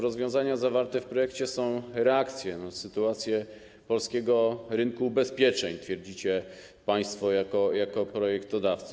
Rozwiązania zawarte w projekcie są reakcją na sytuację polskiego rynku ubezpieczeń - twierdzicie państwo jako projektodawcy.